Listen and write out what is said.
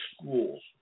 schools